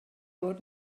awr